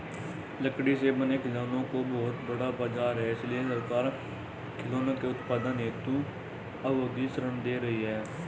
लकड़ी से बने खिलौनों का बहुत बड़ा बाजार है इसलिए सरकार खिलौनों के उत्पादन हेतु औद्योगिक ऋण दे रही है